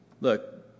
Look